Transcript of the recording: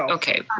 okay,